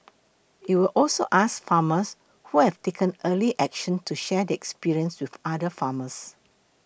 it will also ask farmers who have taken early action to share their experience with other farmers